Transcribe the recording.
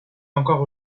encore